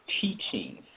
teaching